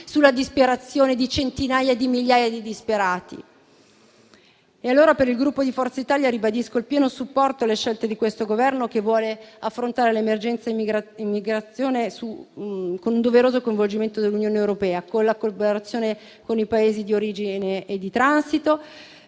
sulla disperazione di centinaia di migliaia di disperati. E allora, a nome del Gruppo Forza Italia, ribadisco il pieno supporto alle scelte di questo Governo, che vuole affrontare l'emergenza immigrazione con il doveroso coinvolgimento dell'Unione europea e con la collaborazione dei Paesi di origine e di transito,